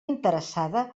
interessada